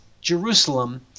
Jerusalem